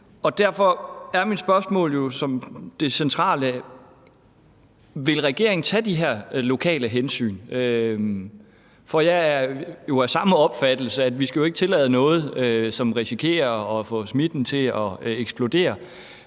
Derfor er mit spørgsmål jo som det centrale, om regeringen vil tage de her lokale hensyn. For jeg er jo af samme opfattelse: at vi ikke skal tillade noget, som risikerer at få smitten til at eksplodere.